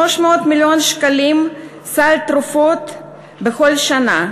300 מיליון שקלים סל תרופות בכל שנה,